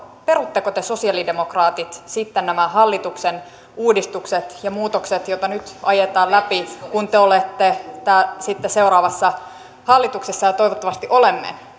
perutteko te sosialidemokraatit sitten nämä hallituksen uudistukset ja muutokset joita nyt ajetaan läpi kun te olette sitten seuraavassa hallituksessa ja toivottavasti olemme